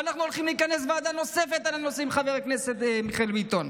ואנחנו הולכים לכנס ועדה נוספת על הנושא עם חבר הכנסת מיכאל ביטון.